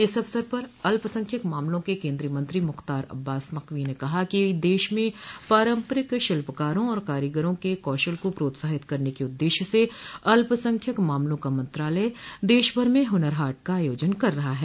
इस अवसर पर अल्सख्यक मामलों के केन्द्रीय मंत्री मुख़्तार अब्बास नक़वी ने कहा कि देश में पारंपरिक शिल्पकारों और कारीगरों के कौशल को प्रोत्साहित करने के उददेश्य से अल्पसंख्यक मामलों का मंत्रालय देशभर में हनर हाट का आयोजन कर रहा है